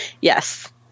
Yes